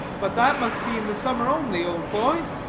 but that must be in the summer only, old boy.